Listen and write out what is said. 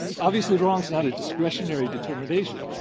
obviously wrong is not a discretionary determination.